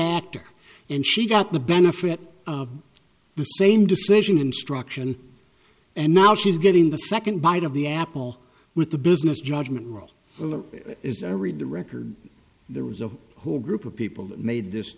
actor and she got the benefit of the same decision instruction and now she's getting the second bite of the apple with the business judgment rule as i read the record there was of who are group of people who made this